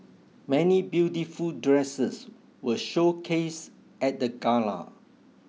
many beautiful dresses were showcased at the gala